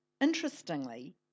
Interestingly